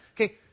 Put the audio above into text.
Okay